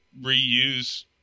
reuse